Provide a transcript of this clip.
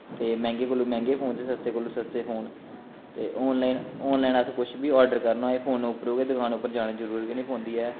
ते मैंह्गे कोलू मैंह्गे फोन ते सस्ते कोलूं सस्ते फोन ते आन लाईन असैं कुशबी आर्डर करना होऐ फोन परा गै दकार पर जाने दी जरूरी गै नी पौंदी ऐ